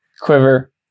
quiver